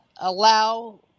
allow